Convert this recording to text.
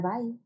bye